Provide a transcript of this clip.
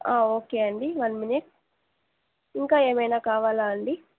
okay అండి one minute ఇంకా ఏమైనా కావాలా అండి